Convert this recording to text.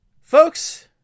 Folks